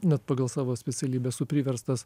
net pagal savo specialybę esu priverstas